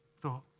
thought